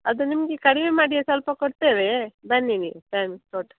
ಅದು ನಿಮಗೆ ಕಡಿಮೆ ಮಾಡಿ ಸ್ವಲ್ಪ ಕೊಡ್ತೇವೆ ಬನ್ನಿ ನೀವು